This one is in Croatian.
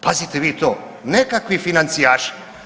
Pazite vi to, nekakvi financijaši.